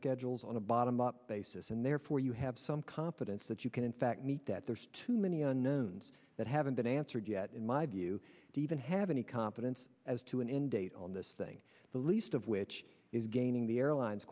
schedules on a bottom up basis and therefore you have some confidence that you can in fact meet that there's too many unknowns that haven't been answered yet in my view divin have any competence as to an end date on this thing the least of which is gaining the airline